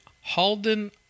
Halden